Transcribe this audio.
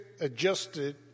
adjusted